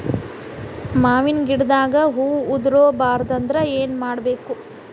ಮಾವಿನ ಗಿಡದಾಗ ಹೂವು ಉದುರು ಬಾರದಂದ್ರ ಏನು ಮಾಡಬೇಕು?